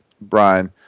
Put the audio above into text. Brian